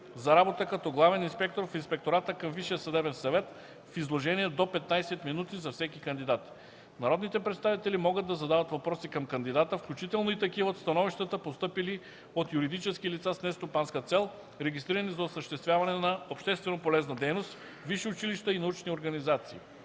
за работа като главен инспектор в Инспектората към Висшия съдебен съвет в изложение до 15 минути за всеки кандидат. Народните представители могат да задават въпроси към кандидата, включително и такива от становищата, постъпили от юридически лица с нестопанска цел, регистрирани за осъществяване на общественополезна дейност, висши училища и научни организации.